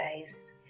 guys